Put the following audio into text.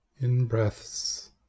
in-breaths